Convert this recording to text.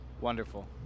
Wonderful